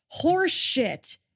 Horseshit